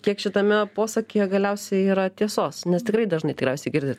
kiek šitame posakyje galiausiai yra tiesos nes tikrai dažnai tikriausiai girdit